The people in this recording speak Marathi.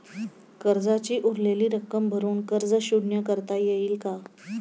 कर्जाची उरलेली रक्कम भरून कर्ज शून्य करता येईल का?